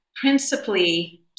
principally